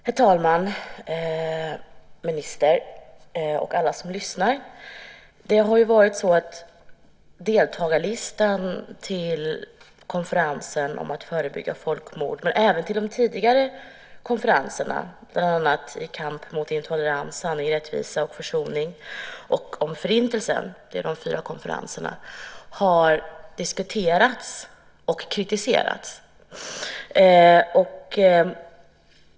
Herr talman, minister och alla som lyssnar! Deltagarlistan vid konferensen om att förebygga folkmord men även den vid de tidigare konferenserna om kampen mot intolerans, för sanning, rättvisa och försoning och konferensen om Förintelsen har diskuterats och kritiserats.